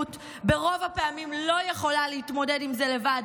ברוב הפעמים אישה תחת אלימות לא יכולה להתמודד עם זה לבד,